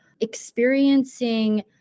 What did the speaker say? experiencing